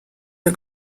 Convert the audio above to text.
der